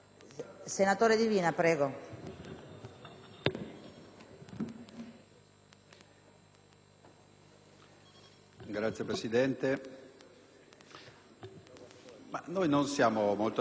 Signora Presidente, noi non siamo molto abituati a letture capziose o arzigogolate. Guardiamo un po' più in faccia la realtà dei fatti.